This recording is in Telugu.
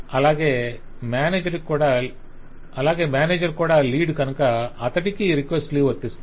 అలాగే మేనేజర్ కూడా లీడ్ కనుక అతడికకీ రిక్వెస్ట్ లీవ్ వర్తిస్తుంది